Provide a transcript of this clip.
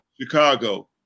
Chicago